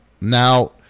Now